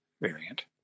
variant